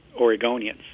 Oregonians